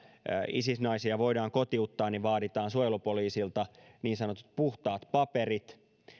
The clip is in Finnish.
isis naisia voidaan kotiuttaa vaaditaan suojelupoliisilta niin sanotut puhtaat paperit